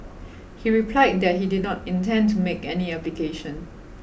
he replied that he did not intend to make any application